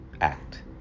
act